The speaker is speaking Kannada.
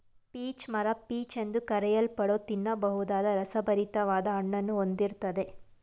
ಪೀಚ್ ಮರ ಪೀಚ್ ಎಂದು ಕರೆಯಲ್ಪಡೋ ತಿನ್ನಬಹುದಾದ ರಸಭರಿತ್ವಾದ ಹಣ್ಣನ್ನು ಹೊಂದಿರ್ತದೆ